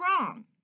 wrong